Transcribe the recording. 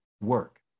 work